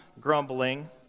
grumbling